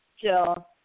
Jill